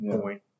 point